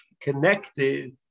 connected